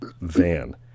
van